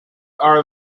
are